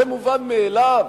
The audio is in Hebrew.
זה מובן מאליו?